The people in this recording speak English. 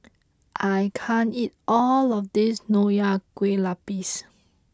I can't eat all of this Nonya Kueh Lapis